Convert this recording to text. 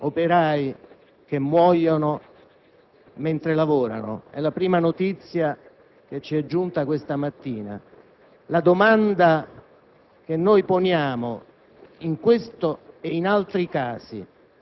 fatto accaduto a Torino: ancora degli operai muoiono mentre lavorano. È la prima notizia che ci è giunta questa mattina. La domanda